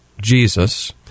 Jesus